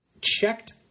checked